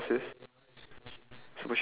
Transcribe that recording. then shine lip gloss